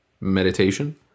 meditation